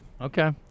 Okay